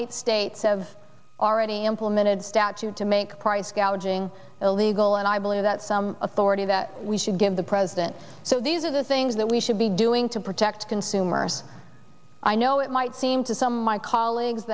eight states have already implemented statute to make price gouging illegal and i believe that some authority that we should give the president so these are the things that we should be doing to protect consumers i know it might seem to some of my colleagues